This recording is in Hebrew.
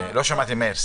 לא שמעתי, מאיר.